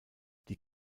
die